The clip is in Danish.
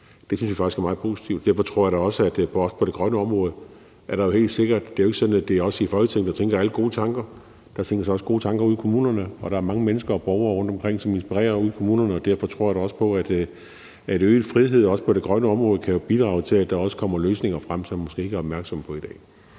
Det synes jeg faktisk er meget positivt. Derfor tror jeg da også, at der er tanker og idéer på det grønne område. Det er der helt sikkert. Det er jo ikke sådan, at det er os i Folketinget, der tænker alle de gode tanker. Der tænkes også gode tanker ude i kommunerne, og der er mange mennesker og borgere rundtomkring ude i kommunerne, som inspirerer. Derfor tror jeg da også på, at øget frihed, også på det grønne område, kan bidrage til, at der kommer løsninger frem, som man måske ikke er opmærksom på i dag.